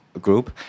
group